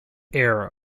heir